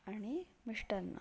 आणि मिष्टान्न